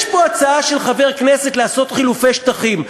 יש פה הצעה של חבר כנסת לעשות חילופי שטחים.